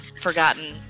forgotten